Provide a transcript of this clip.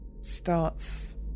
starts